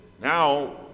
now